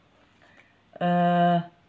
uh